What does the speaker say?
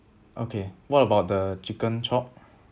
okay what about the chicken chop